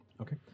Okay